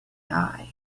die